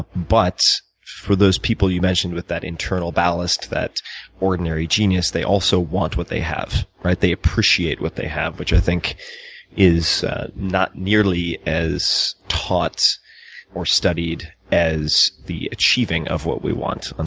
but for those people you mentioned with that internal ballast, that ordinary genius, they also want what they have, right? they appreciate what they have, which i think is not nearly as taught or studied as the achieving of what we want. and